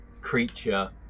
creature